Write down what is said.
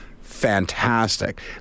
fantastic